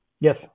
Yes